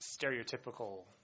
stereotypical